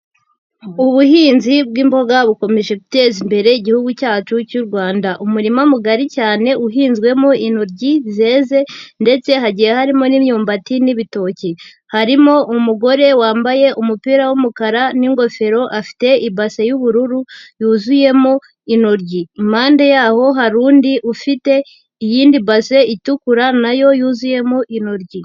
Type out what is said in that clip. Ubuhinzi bw'imboga bukomeje guteza imbere igihugu cyacu cy'u Rwanda. Umurima mugari cyane uhinzwemo intoryi zeze ndetse hagiye harimo n'imyumbati n'ibitoki, harimo umugore wambaye umupira w'umukara n'ingofero afite ibase y'ubururu yuzuyemo intoryi. Impande yaho hari undi ufite iyindi base itukura nayo yuzuyemo intoryi.